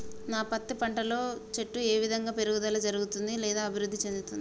నా పత్తి పంట లో చెట్టు ఏ విధంగా పెరుగుదల జరుగుతుంది లేదా అభివృద్ధి చెందుతుంది?